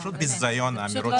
זה פשוט ביזיון, האמירות שלכם.